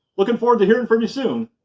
looking forward to hearing from you soon.